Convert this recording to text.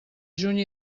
juny